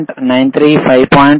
93 5